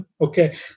Okay